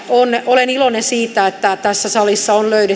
olen iloinen siitä että tässä salissa olemme löytäneet